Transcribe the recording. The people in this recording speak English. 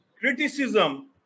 criticism